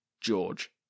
George